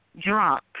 drunk